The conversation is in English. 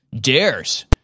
dares